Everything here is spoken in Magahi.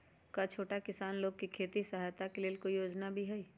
का छोटा किसान लोग के खेती सहायता के लेंल कोई योजना भी हई?